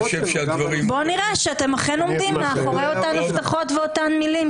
בוא נראה שאתם אכן עומדים מאחורי אותן הבטחות ואותן מילים,